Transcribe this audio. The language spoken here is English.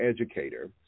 educator